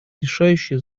решающее